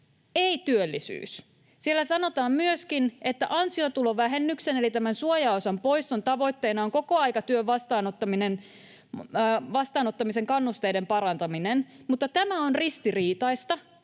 ei työllisyys. Siellä sanotaan myöskin, että ansiotulovähennyksen, eli tämän suojaosan poiston, tavoitteena on kokoaikatyön vastaanottamisen kannusteiden parantaminen, mutta tämä on ristiriitaista,